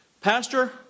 Pastor